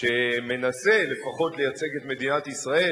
שמנסה לפחות לייצג את מדינת ישראל,